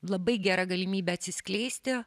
labai gera galimybė atsiskleisti